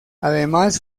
además